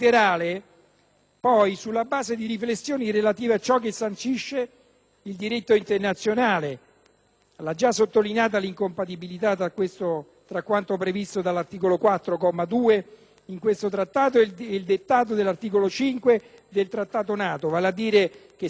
La già sottolineata incompatibilità tra quanto previsto all'articolo 4, comma 2, di questo trattato e il dettato dell'articolo 5 del Trattato NATO, vale a dire che si promette di non esercitare alcun atto ostile contro la Libia, ma più rilevantemente